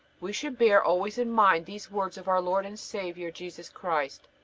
we should bear always in mind these words of our lord and saviour jesus christ